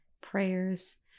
prayers